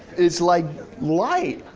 it's like light,